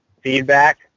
feedback